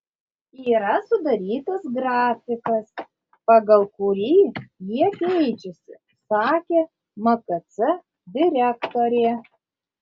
yra sudarytas grafikas pagal kurį jie keičiasi sakė mkc direktorė